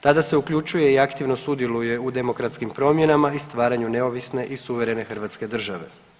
Tada se uključuje i aktivno sudjeluje u demokratskim promjenama i stvaranju neovisne i suverene hrvatske države.